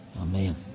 Amen